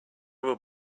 will